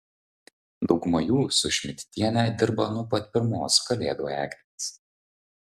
dauguma jų su šmidtiene dirba nuo pat pirmos kalėdų eglės